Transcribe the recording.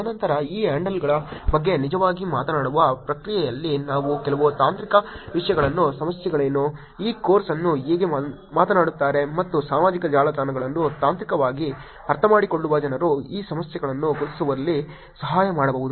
ತದನಂತರ ಈ ಹ್ಯಾಂಡಲ್ಗಳ ಬಗ್ಗೆ ನಿಜವಾಗಿ ಮಾತನಾಡುವ ಪ್ರಕ್ರಿಯೆಯಲ್ಲಿ ನಾನು ಕೆಲವು ತಾಂತ್ರಿಕ ವಿಷಯಗಳನ್ನು ಸಮಸ್ಯೆಗಳೇನು ಈ ಕೋರ್ಸ್ ಅನ್ನು ಹೇಗೆ ಮಾತನಾಡುತ್ತಾರೆ ಮತ್ತು ಸಾಮಾಜಿಕ ಜಾಲತಾಣಗಳನ್ನು ತಾಂತ್ರಿಕವಾಗಿ ಅರ್ಥಮಾಡಿಕೊಳ್ಳುವ ಜನರು ಈ ಸಮಸ್ಯೆಗಳನ್ನು ಗುರುತಿಸುವಲ್ಲಿ ಸಹಾಯ ಮಾಡಬಹುದು